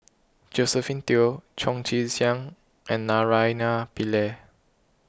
Josephine Teo Chong Tze Chien and Naraina Pillai